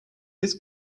this